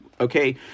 okay